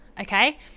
okay